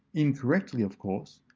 incorrectly, of course,